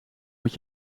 moet